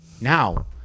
Now